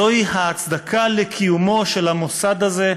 זוהי ההצדקה לקיומו של המוסד הזה,